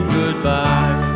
goodbye